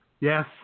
Yes